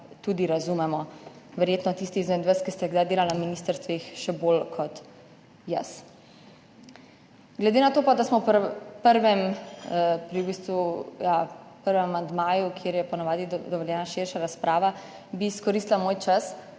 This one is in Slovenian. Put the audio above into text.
tudi razumemo, verjetno tisti izmed vas, ki ste kdaj delali na ministrstvih, še bolj kot jaz. Glede na to, da smo pa pri prvem amandmaju, kjer je po navadi dovoljena širša razprava, bi izkoristila svoj čas,